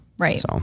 Right